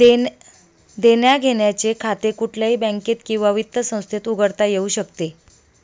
देण्याघेण्याचे खाते कुठल्याही बँकेत किंवा वित्त संस्थेत उघडता येऊ शकते